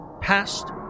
past